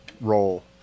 role